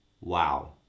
wow